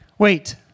Wait